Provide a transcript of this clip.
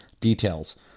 details